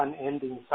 unending